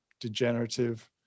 degenerative